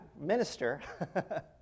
minister